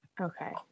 Okay